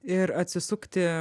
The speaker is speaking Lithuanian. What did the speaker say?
ir atsisukti